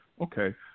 Okay